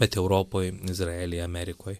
bet europoj izraelyje amerikoj